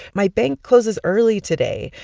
my bank closes early today.